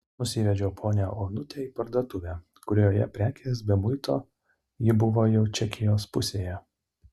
nusivedžiau ponią onutę į parduotuvę kurioje prekės be muito ji buvo jau čekijos pusėje